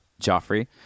Joffrey